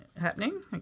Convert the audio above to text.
Happening